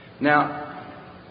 Now